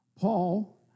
Paul